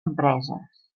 empreses